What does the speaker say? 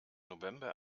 november